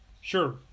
sure